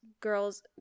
girls